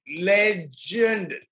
Legend